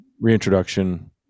reintroduction